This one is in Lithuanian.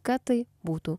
kad tai būtų